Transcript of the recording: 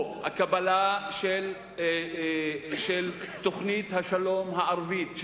או את הקבלה של תוכנית השלום הערבית,